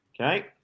Okay